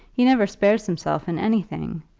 he never spares himself in anything.